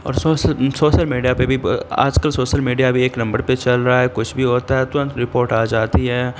اور social social media پہ بھی آج کل سوسل میڈیا بھی ایک نمبڑ پہ چل رہا ہے کچھ بھی ہوتا ہے ترنت رپورٹ آ جاتی ہے